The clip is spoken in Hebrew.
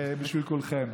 בשביל כולכם.